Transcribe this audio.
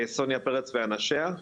סוניה פרץ ואנשיה,